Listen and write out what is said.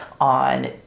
on